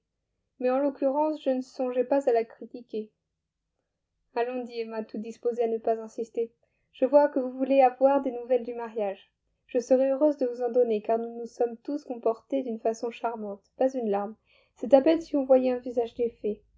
mais en l'occurrence je ne songeait pas à la critiquer allons dit emma toute disposée à ne pas insister je vois que vous voulez avoir des nouvelles du mariage je serai heureuse de vous en donner car nous nous sommes tous comportés d'une façon charmante pas une larme c'est à peine si on voyait un visage